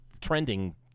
trending